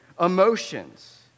emotions